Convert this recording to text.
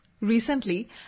Recently